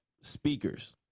speakers